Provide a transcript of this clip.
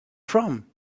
from